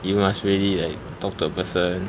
you must really like talk to the person